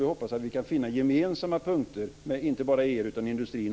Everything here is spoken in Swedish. Vi hoppas att vi ska finna gemensamma punkter med inte bara er utan även industrin.